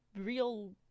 real